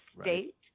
state